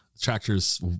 Tractor's